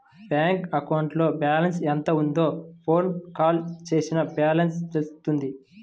bank అకౌంట్లో balance ఎంత ఉందో ఫోన్ కాల్ చేసినా బ్యాలెన్స్ తెలుస్తుంది